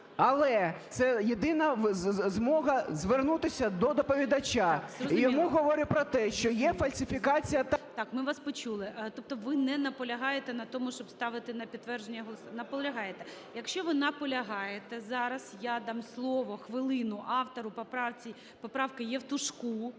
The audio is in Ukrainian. але це єдина змога звернутися до доповідача. І йому говорю про те, що є фальсифікація… ГОЛОВУЮЧИЙ. Так, зрозуміло. Ми вас почули. Тобто ви не наполягаєте на тому, щоб ставити на підтвердження? Наполягаєте. Якщо ви наполягаєте зараз, я дам слово, хвилину, автору поправки Євтушку,